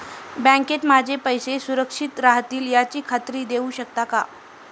बँकेत माझे पैसे सुरक्षित राहतील याची खात्री देऊ शकाल का?